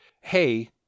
hey